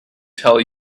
tell